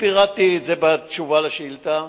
ופירטתי את זה בתשובה על השאילתא,